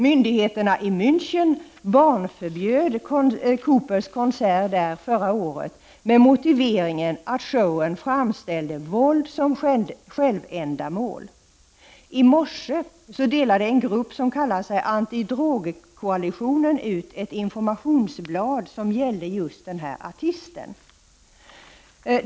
Myndigheterna i Mänchen barnförbjöd Coopers konsert där förra året med motiveringen att showen framställde våld som självändamål. I morse delade en grupp som kallar sig Antidrogkoalitionen ut ett informationsblad som gällde just den här artisten.